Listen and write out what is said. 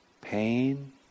pain